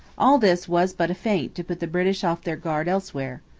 all this was but a feint to put the british off their guard elsewhere.